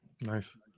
Nice